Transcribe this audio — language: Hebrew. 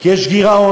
כי יש גירעון.